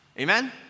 Amen